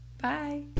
bye